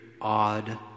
odd